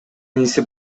иниси